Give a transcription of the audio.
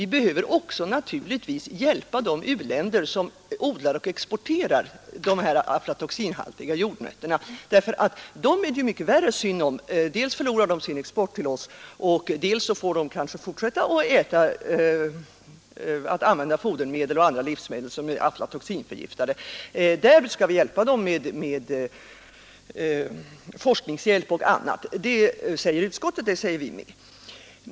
Vi behöver också, naturligtvis hjälpa de u-länder som odlar och exporterar de här aflatoxinhaltiga jordnötterna, därför att det är mycket mer synd om dem: dels förlorar de sin export till oss, dels får de kanske fortsätta att använda fodermedel och livsmedel som är aflatoxinförgiftade. Vi skall hjälpa dem med forskning och annat, anför både utskottet och vi reservanter.